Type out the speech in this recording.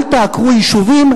אל תעקרו יישובים,